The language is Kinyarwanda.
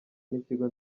n’ikigo